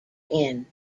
inn